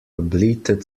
bleated